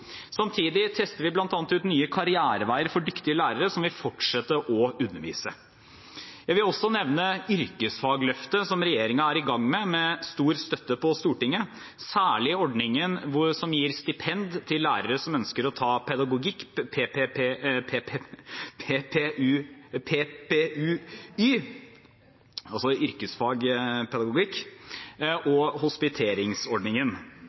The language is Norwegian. Samtidig tester vi bl.a. ut nye karriereveier for dyktige lærere som vil fortsette å undervise. Jeg vil også nevne yrkesfagløftet som regjeringen er i gang med med stor støtte fra Stortinget, særlig ordningen som gir stipend til lærere som ønsker å ta pedagogikk – PPU-y, altså yrkesfagpedagogikk – og hospiteringsordningen.